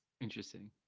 Interesting